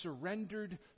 surrendered